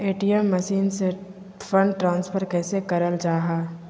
ATM machine से fund transfer कैसे करल जा है?